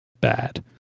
bad